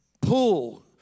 pull